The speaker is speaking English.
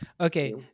Okay